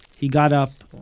he got up,